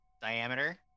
diameter